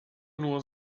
nur